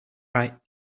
right